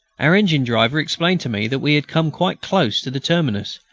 our engine-driver explained to me that we had come quite close to the terminus,